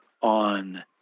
on